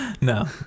no